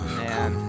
man